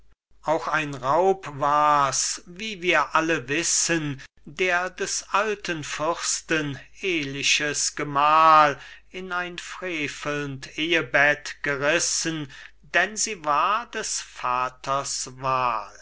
auch ein raub war's wie wir alle wissen der des alten fürsten ehliches gemahl in ein frevelnd ehebett gerissen denn sie war des vaters